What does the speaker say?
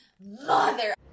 mother